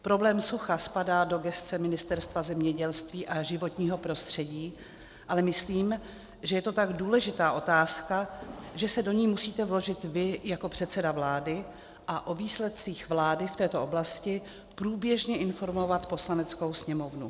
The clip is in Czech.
Problém sucha spadá do gesce Ministerstva zemědělství a životního prostředí, ale myslím, že je to tak důležitá otázka, že se do ní musíte vložit vy jako předseda vlády a o výsledcích vlády v této oblasti průběžně informovat Poslaneckou sněmovnu.